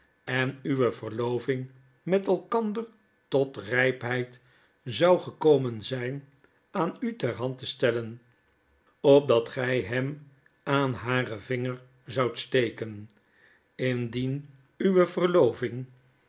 en uwe verloving met elkander tot rijpheid zou gekomen zijn aan u ter hand te stellen opdat gij hem aan haren vinger zoudt steken indien uwe verloving